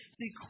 see